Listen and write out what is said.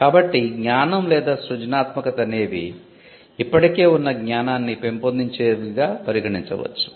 కాబట్టి జ్ఞానం లేదా సృజనాత్మకత అనేవి ఇప్పటికే ఉన్న జ్ఞానాన్ని పెంపొందించేదిగా పరిగణించవచ్చు